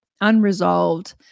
unresolved